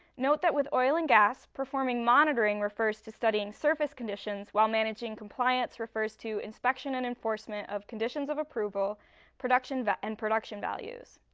note that with oil and gas, performing monitoring refers to studying surface conditions, while managing compliance refers to inspection and enforcement of conditions of approval and production but and production values.